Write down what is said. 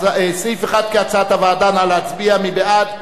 סעיף 1 כהצעת הוועדה, נא להצביע, מי בעד?